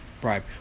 bribe